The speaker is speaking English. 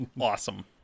awesome